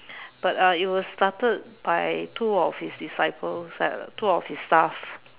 but uh it was started by two of his disciples like two of his staff